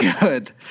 good